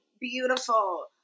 beautiful